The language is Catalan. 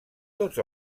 tots